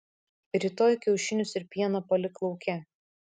rytoj kiaušinius ir pieną palik lauke